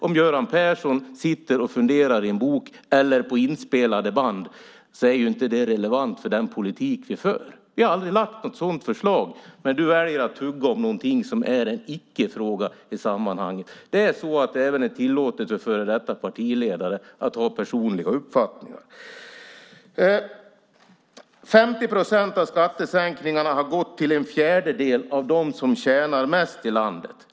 Om Göran Persson sitter och funderar i en bok eller på inspelade band är inte det relevant för den politik vi för. Vi har aldrig lagt fram något sådant förslag. Men du väljer att tugga om någonting som är en icke-fråga i sammanhanget. Det är tillåtet även för före detta partiledare att ha personliga uppfattningar. 50 procent av skattesänkningarna har gått till en fjärdedel av dem som tjänar mest i landet.